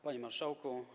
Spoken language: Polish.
Panie Marszałku!